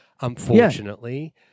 unfortunately